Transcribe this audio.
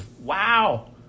wow